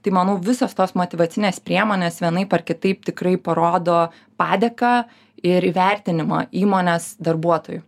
tai manau visos tos motyvacinės priemonės vienaip ar kitaip tikrai parodo padėką ir įvertinimą įmonės darbuotojų